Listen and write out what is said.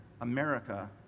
America